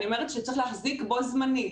אני אומרת שצריך להחזיק בו זמנית